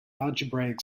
algebraic